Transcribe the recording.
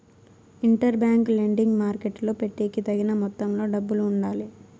inter bank lending మార్కెట్టులో పెట్టేకి తగిన మొత్తంలో డబ్బులు ఉండాలి